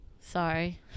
Sorry